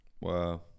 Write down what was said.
Wow